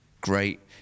Great